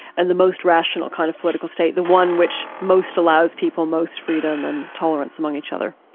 and the most rational kind of political state, the one which most allows people most freedom and tolerance among each other.